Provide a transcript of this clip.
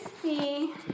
see